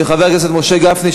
של חבר הכנסת משה גפני,